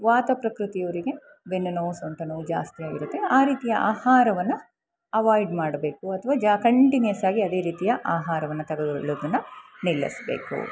ವಾತ ಪ್ರಕೃತಿ ಅವರಿಗೆ ಬೆನ್ನು ನೋವು ಸೊಂಟ ನೋವು ಜಾಸ್ತಿಯಾಗಿರುತ್ತೆ ಆ ರೀತಿಯ ಆಹಾರವನ್ನು ಅವಾಯ್ಡ್ ಮಾಡಬೇಕು ಅಥ್ವಾ ಜ ಕಂಟಿನ್ಯೂಸ್ ಆಗಿ ಅದೇ ರೀತಿಯ ಆಹಾರವನ್ನು ತೆಗೆದುಕೊಳ್ಳೋದನ್ನು ನಿಲ್ಲಿಸ್ಬೇಕು